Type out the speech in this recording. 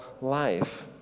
life